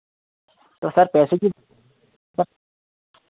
तो सर पैसों की सर